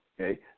okay